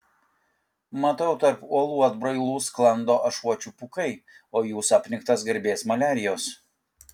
matau tarp uolų atbrailų sklando ašuočių pūkai o jūs apniktas garbės maliarijos